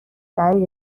برای